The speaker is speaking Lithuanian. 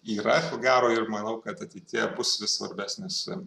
yra gero ir manau kad ateityje bus vis svarbesnis